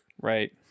Right